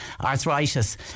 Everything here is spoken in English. arthritis